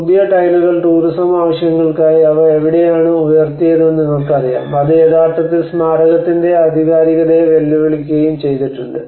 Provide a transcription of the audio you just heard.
പുതിയ ടൈലുകൾ ടൂറിസം ആവശ്യങ്ങൾക്കായി അവ എവിടെയാണ് ഉയർത്തിയതെന്ന് നിങ്ങൾക്കറിയാം അത് യഥാർത്ഥത്തിൽ സ്മാരകത്തിന്റെ ആധികാരികതയെ വെല്ലുവിളിക്കുകയും ചെയ്തിട്ടുണ്ട്